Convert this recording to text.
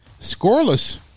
Scoreless